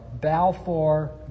Balfour